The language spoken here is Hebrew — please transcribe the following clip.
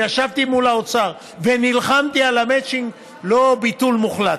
וישבתי מול האוצר ונלחמתי על המצ'ינג: לא ביטול מוחלט,